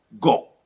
go